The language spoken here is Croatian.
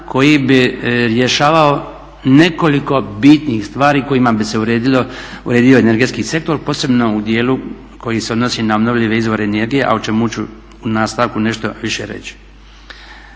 koji bi rješavao nekoliko bitnih stvari kojima bi se uredio energetski sektor posebno u djelu koji se odnosi na obnovljive izvore energije a o čemu ću u nastavku nešto više reći.